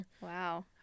Wow